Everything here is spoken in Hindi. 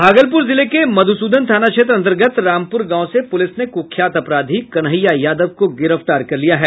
भागलपुर जिले के मधुसूदन थाना क्षेत्र अंतर्गत रामपुर गांव से पुलिस ने कुख्यात अपराधी कन्हैया यादव को गिरफ्तार कर लिया है